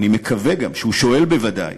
אני מקווה גם שהוא שואל בוודאי: